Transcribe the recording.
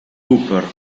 cooper